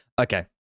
okay